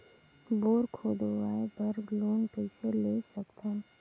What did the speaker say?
Bore खोदवाय बर loan कइसे ले सकथव?